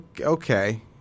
okay